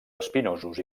espinosos